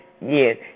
Yes